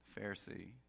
Pharisee